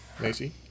Macy